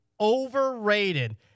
overrated